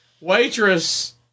waitress